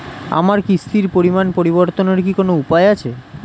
আমার কিস্তির পরিমাণ পরিবর্তনের কি কোনো উপায় আছে?